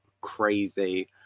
crazy